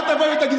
בצלאל,